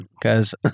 because-